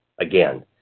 again